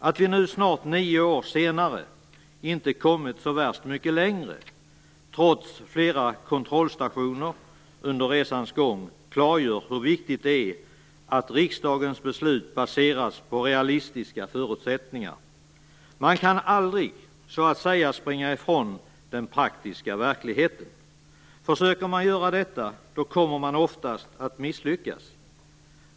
Att vi nu, nästan nio år senare, inte kommit så värst mycket längre, trots flera kontrollstationer under resans gång, klargör bara hur viktigt det är att riksdagens beslut baseras på realistiska förutsättningar. Man kan aldrig så att säga springa ifrån den praktiska verkligheten. Oftast misslyckas man när man försöker göra det.